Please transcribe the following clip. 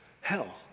hell